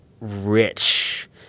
rich